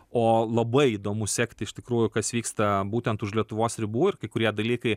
o labai įdomu sekti iš tikrųjų kas vyksta būtent už lietuvos ribų ir kai kurie dalykai